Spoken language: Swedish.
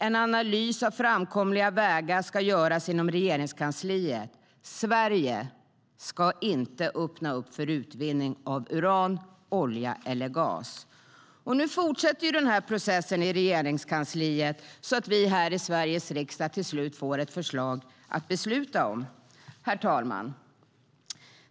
En analys av framkomliga vägar ska göras inom Regeringskansliet. Sverige ska inte öppna för utvinning av uran, olja eller gas. Nu fortsätter processen i Regeringskansliet så att vi här i Sveriges riksdag till slut får ett förslag att besluta om. Herr talman!